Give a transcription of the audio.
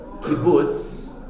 kibbutz